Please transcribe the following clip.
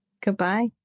Goodbye